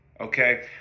okay